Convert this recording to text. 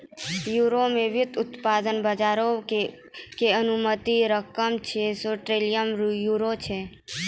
Europe मे व्युत्पादन बजारो के अनुमानित रकम छौ सौ ट्रिलियन यूरो छै